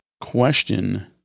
question